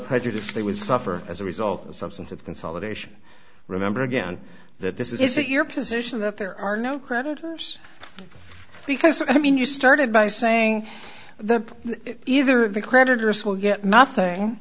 prejudice they would suffer as a result of some sort of consolidation remember again that this is your position that there are no creditors because i mean you started by saying that either the creditors will get nothing